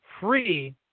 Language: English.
free